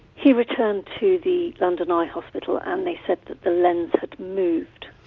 he returned to the london eye hospital and they said that the lens had moved.